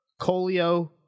Colio